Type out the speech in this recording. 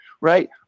right